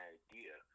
idea